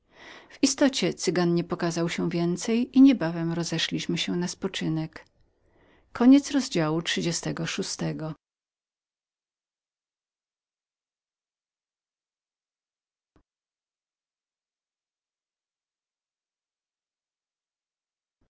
w istocie cygan nie pokazał się więcej i niebawem rozeszliśmy się na spoczynek